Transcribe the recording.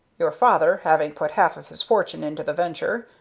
your father, having put half of his fortune into the venture,